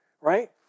right